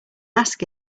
ask